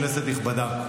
כנסת נכבדה,